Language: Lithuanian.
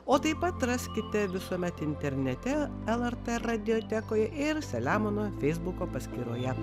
o taip pat raskite visuomet internete lrt radiotekoje ir selemono feisbuko paskyroje